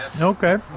Okay